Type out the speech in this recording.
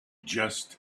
just